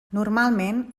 normalment